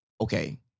Okay